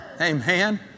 Amen